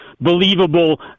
believable